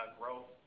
growth